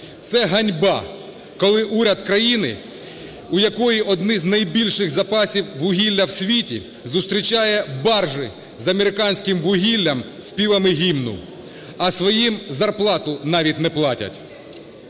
Це ганьба, коли уряд країни, в якої одні з найбільших запасів вугілля в світі, зустрічає баржі з американським вугіллям співами Гімну, а своїм зарплату навіть не платять.